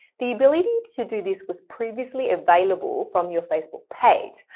the ability to do this was previously available from your facebook page,